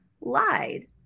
lied